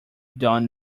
done